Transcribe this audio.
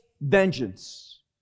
vengeance